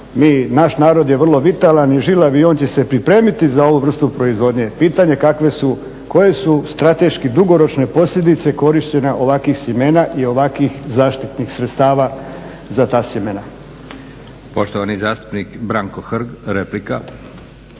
naš narod je vrlo vitalan i žilav i on će se pripremiti za ovu vrstu proizvodnje. Pitanje kakve su, koje su strateški dugoročne posljedice korištenja ovakvih sjemena i ovakvih zaštitnih sredstava za ta sjemena.